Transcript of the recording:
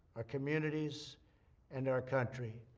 ah communities and our country.